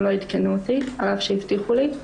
הם לא עדכנו אותי על אף שהבטיחו לי.